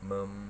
mem~